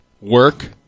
Work